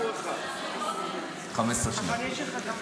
15 שניות.